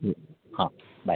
हां बाय